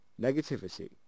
negativity